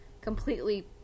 completely